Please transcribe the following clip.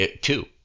two